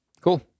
cool